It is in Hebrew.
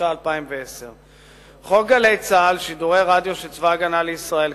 התש"ע 2010. חוק "גלי צה"ל" שידורי רדיו של צבא-הגנה לישראל,